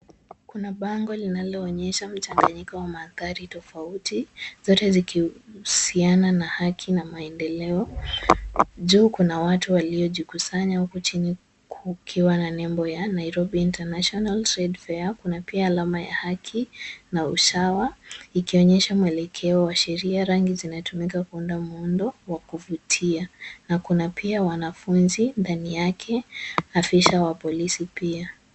Kuna bango linaloonyesha mchanganyiko wa mandhari tofauti zote zikihusiana na haki na maendeleo. Juu kuna watu waliojikusanya huku chini kukiwa na nembo ya Nairobi International Trade Fair. Kuna pia alama ya haki na usawa ikionyesha mwelekeo wa sheria. Rangi zinatumika kuunda muundo wa kuvutia na pia kuna wanafunzi ndani yake, afisa wa polisi pia.